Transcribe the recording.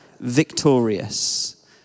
victorious